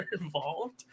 involved